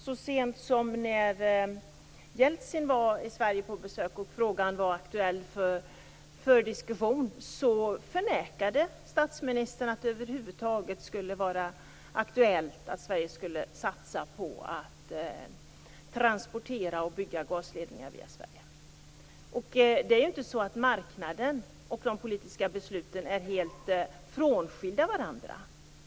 Så sent som när Jeltsin var i Sverige på besök och frågan var aktuell för diskussion, förnekade statsministern att det över huvud taget skulle vara aktuellt för Sverige att satsa på att bygga gasledningar och transportera gas via Sverige. Det är inte så att marknaden och de politiska besluten är helt skilda från varandra.